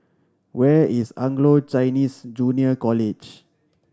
where is Anglo Chinese Junior College